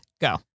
Go